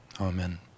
amen